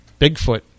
Bigfoot